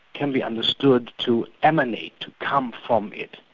can be understood to emanate, to come from it.